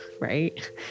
right